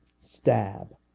stab